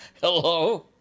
Hello